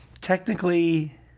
technically